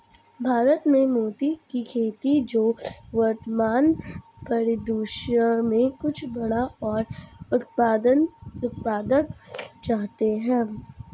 भारत में मोती की खेती जो वर्तमान परिदृश्य में कुछ बड़ा और उत्पादक चाहते हैं